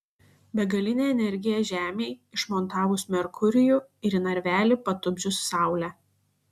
begalinė energija žemei išmontavus merkurijų ir į narvelį patupdžius saulę